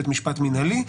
בית משפט מינהלי.